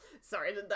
Sorry